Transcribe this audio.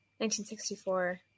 1964